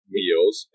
meals